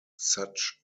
such